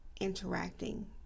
interacting